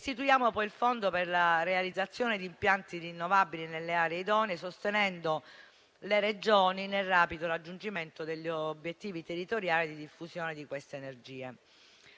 istituiamo il fondo per la realizzazione di impianti rinnovabili nelle aree idonee, sostenendo le Regioni nel rapido raggiungimento degli obiettivi territoriali di diffusione di queste energie.